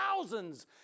thousands